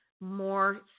more